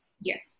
yes